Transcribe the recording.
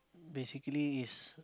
basically is